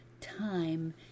time